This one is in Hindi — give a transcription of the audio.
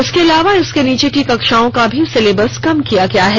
इसके अलावा इसकी नीचे की कक्षाओं का भी सिलेबस कम किया गया है